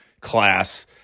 class